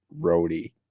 Roadie